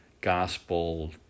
gospel